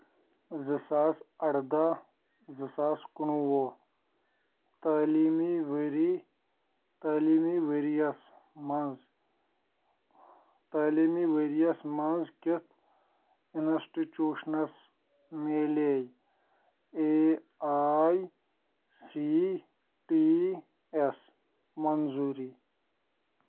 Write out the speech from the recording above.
زٕ ساس اَردہ زٕ ساس کُنوُہ تعلیٖمی ؤری تعلیٖمی ؤرۍ یَس مَنٛز تعلیٖمی ؤرۍ یس منٛز کتھ اِنسٹِٹیوٗشنس مِلیے اے آیۍ سی ٹی ایس منظوٗری